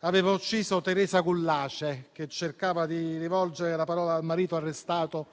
aveva ucciso Teresa Gullace che cercava di rivolgere la parola al marito arrestato